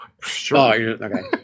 Sure